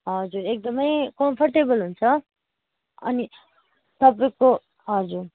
हजुर एकदमै कम्फर्टेबल हुन्छ अनि तपाईँको हजुर